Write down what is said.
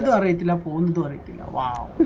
um a delay and but in a while